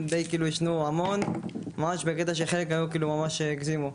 עישנו המון וחלק ממש הגזימו.